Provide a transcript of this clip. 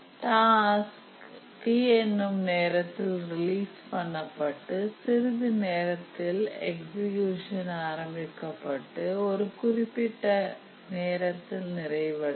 task என்னும் நேரத்தில் release பண்ணப்பட்டு சிறிது நேரத்தில் எக்ஸீக்யுசன் ஆரம்பிக்கபட்டு ஒரு குறிப்பிட்ட நேரத்தில் நிறைவடையும்